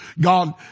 God